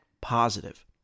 positive